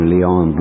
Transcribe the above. Leon